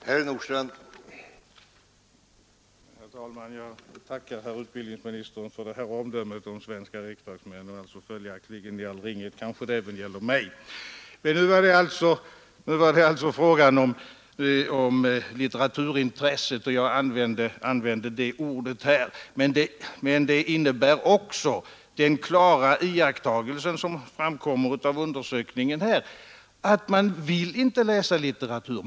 Herr talman! Jag tackar herr utbildningsministern för det här omdömet om svenska riksdagsmän, som kanske i all ringhet även gäller mig. Nu var det alltså fråga om litteraturintresset — jag använde det ordet. Man kan göra den klara iakttagelsen när man läser den här undersökningen att eleverna inte vill läsa litteratur.